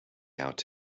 out